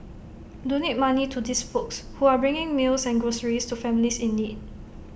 donate money to these folks who are bringing meals and groceries to families in need